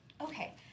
Okay